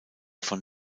von